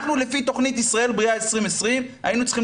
אנחנו לפי תכנית ישראל בריאה 2020 היינו צריכים